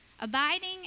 Abiding